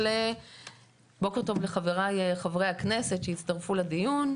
בוקר טוב לחבריי חברי הכנסת שהצטרפו לדיון.